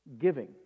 Giving